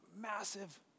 massive